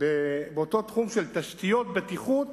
באותו תחום של תשתיות בטיחות.